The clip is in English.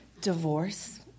Divorce